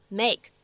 make